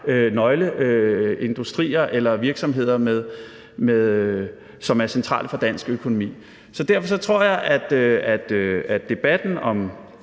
nøgleindustrier eller virksomheder, som er centrale for dansk økonomi. Så derfor tror jeg, at debatten om